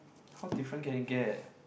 how different can it get